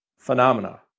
phenomena